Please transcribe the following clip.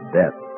death